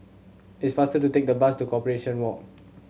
it's faster to take the bus to Corporation Walk